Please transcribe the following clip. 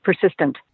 persistent